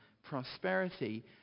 prosperity